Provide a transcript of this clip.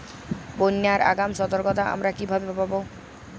বন্যার আগাম সতর্কতা আমরা কিভাবে পাবো?